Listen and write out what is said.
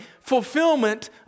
fulfillment